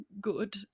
good